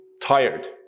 tired